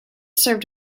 served